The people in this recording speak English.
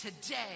today